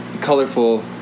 colorful